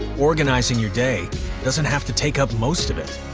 organizing your day doesn't have to take up most of it.